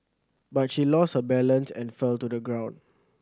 but she lost her balance and fell to the ground